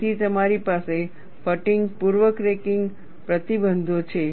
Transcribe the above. તેથી તમારી પાસે ફટીગ પૂર્વ ક્રેકીંગ પ્રતિબંધો છે